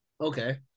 Okay